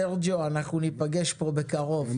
סרג'יו אנחנו ניפגש פה בקרוב,